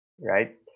right